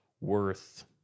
worth